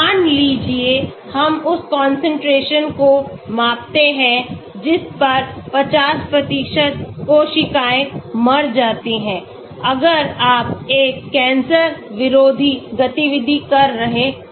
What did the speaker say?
मान लीजिए हम उस concentration को मापते हैं जिस पर 50 कोशिकाएं मर जाती हैं अगर आप एक कैंसर विरोधी गतिविधि कर रहे हैं